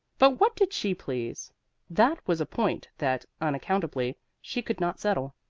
but what did she please that was a point that, unaccountably, she could not settle.